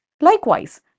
Likewise